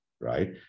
right